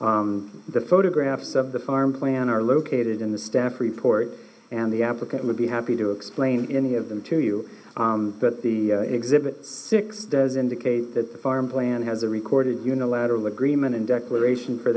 the photographs of the farm plan are located in the staff report and the applicant would be happy to explain any of them to you but the exhibit six does indicate that the farm plan has a recorded unilateral agreement and declaration for